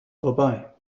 vorbei